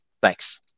Thanks